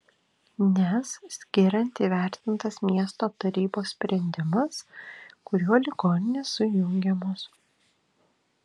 nes skiriant įvertintas miesto tarybos sprendimas kuriuo ligoninės sujungiamos